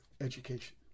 education